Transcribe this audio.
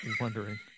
Wondering